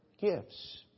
gifts